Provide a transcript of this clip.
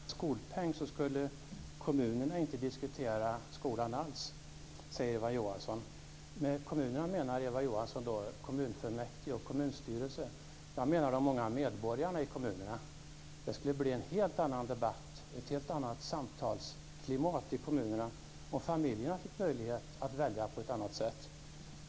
Fru talman! Med en nationell skolpeng skulle kommunerna inte alls diskutera skolan, säger Eva Johansson. Med kommunerna menar Eva Johansson då kommunfullmäktige och kommunstyrelse. Jag menar de många medborgarna i kommunerna. Det skulle bli en helt annan debatt och ett helt annat samhällsklimat i kommunerna om familjerna fick möjlighet att välja på ett annat sätt.